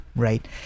Right